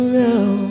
now